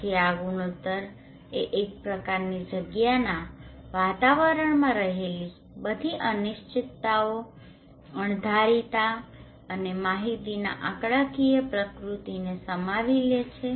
તેથી આ ગુણોત્તર એ એક પ્રકારની જગ્યાના વાતાવરણમાં રહેલી બધી અનિશ્ચિતતાઓ અણધારીતા અને માહિતીના આંકડાકીય પ્રકૃતિને સમાવી લે છે